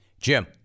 Jim